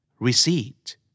Receipt